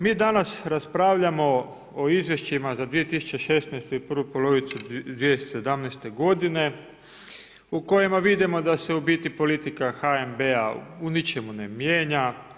Mi danas raspravljamo o izvješćima za 2016. i prvu polovicu 2017. godine, u kojima vidimo da se u biti, politika HNB-a u ničemu ne mijenja.